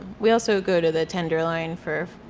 we also go to the tenderloin for,